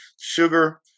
sugar